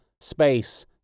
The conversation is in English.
space